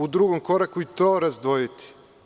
U drugom koraku – to razdvojiti.